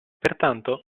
pertanto